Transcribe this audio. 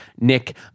Nick